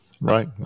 right